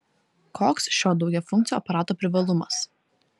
koks šio daugiafunkcio aparato privalumas